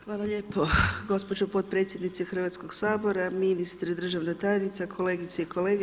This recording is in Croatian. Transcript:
Hvala lijepo gospođo potpredsjednice Hrvatskoga sabora, ministre, državna tajnice, kolegice i kolege.